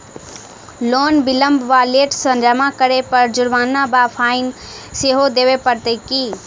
Loan विलंब वा late सँ जमा करै पर जुर्माना वा फाइन सेहो देबै पड़त की?